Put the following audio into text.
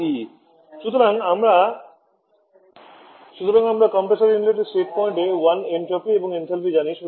TE সুতরাং আমরা compressor ইনলেটে স্টেট পয়েন্ট 1 এন্ট্রপি এবং এনথ্যালপি জানি